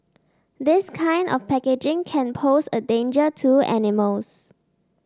this kind of packaging can pose a danger to animals